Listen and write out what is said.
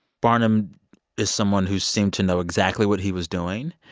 barnum is someone who seemed to know exactly what he was doing.